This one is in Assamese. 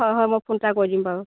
হয় হয় মই ফোন এটা কৰি দিম বাৰু